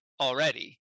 already